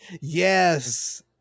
Yes